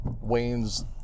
Wayne's